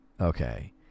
okay